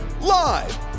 Live